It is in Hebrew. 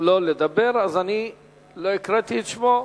לא לדבר, לכן לא הקראתי את שמו,